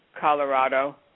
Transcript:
Colorado